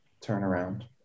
turnaround